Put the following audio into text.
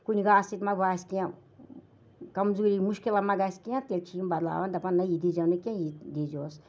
کُنہِ گاسہٕ سۭتۍ مہ باسہِ کینٛہہ کَمزوری مُشکِلہ مہَ گَژھِ کینٛہہ تیٚلہِ چھِ یِم بَدلاوان دَپان نہ یہِ دِی زٮ۪و نہٕ کینٛہہ یہِ دی زیٚوس